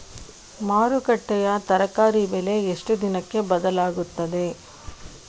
ಮಾರುಕಟ್ಟೆಯ ತರಕಾರಿ ಬೆಲೆ ಎಷ್ಟು ದಿನಕ್ಕೆ ಬದಲಾಗುತ್ತದೆ?